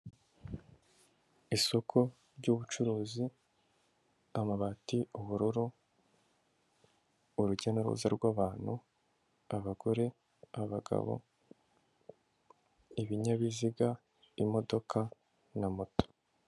Isoko ry'ubucuruzi, amabati, ubururu, urujya n'uruza rw'abantu, abagore, abagabo, ibinyabiziga, imodoka na moto.